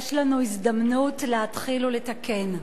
יש לנו הזדמנות להתחיל ולתקן.